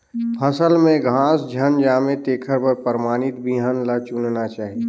फसल में घास झन जामे तेखर बर परमानित बिहन ल बुनना चाही